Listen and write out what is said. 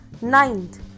Ninth